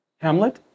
Hamlet